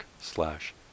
slash